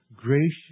gracious